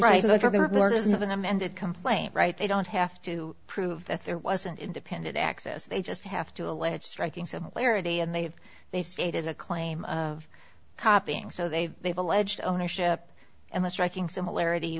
amended complaint right they don't have to prove that there wasn't independent access they just have to allege striking similarity and they have they've stated a claim of copying so they've they've alleged ownership and the striking similarity